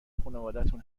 خونوادتون